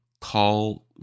call